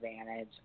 advantage